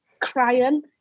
crying